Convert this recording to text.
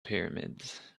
pyramids